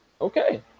Okay